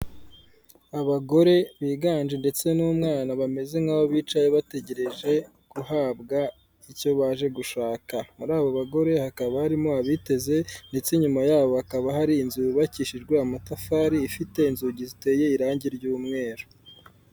Abagore biganje ndetse n'umwana bameze nk'aho bicaye bategereje guhabwa icyo baje gushaka, muri abo bagore hakaba harimo abiteze ndetse inyuma yabo hakaba hari inzu yubakishijwe amatafari ifite inzugi ziteye irangi ry'umweru.